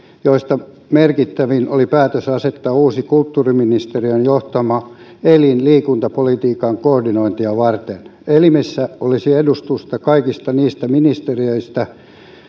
joista merkittävin oli päätös asettaa uusi kulttuuriministeriön johtama elin liikuntapolitiikan koordinointia varten elimessä olisi edustusta kaikista niistä ministeriöistä